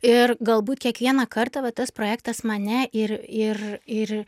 ir galbūt kiekvieną kartą va tas projektas mane ir ir ir